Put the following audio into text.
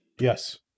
Yes